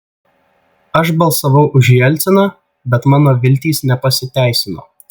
aš balsavau už jelciną bet mano viltys nepasiteisino